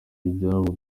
ibyabo